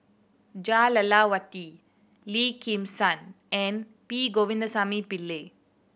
Jah Lelawati Lim Kim San and P Govindasamy Pillai